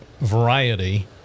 variety